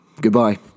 Goodbye